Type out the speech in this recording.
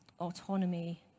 autonomy